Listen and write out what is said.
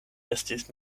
estis